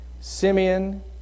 Simeon